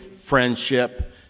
friendship